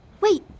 Wait